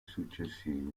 successivi